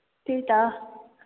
त्यही त